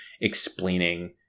explaining